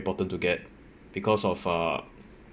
important to get because of uh